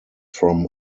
from